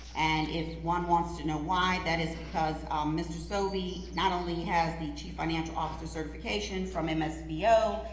and if one wants to know why, that is because mr. sovey not only has the chief financial officer certification from ah msbo,